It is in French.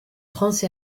france